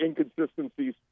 inconsistencies